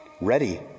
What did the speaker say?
ready